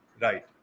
Right